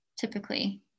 Typically